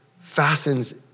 fastens